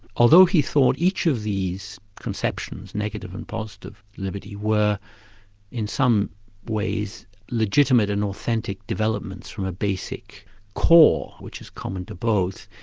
although he thought each of these conceptions, negative and positive liberty were in some ways legitimate and authentic developments from a basic core, which is common to both,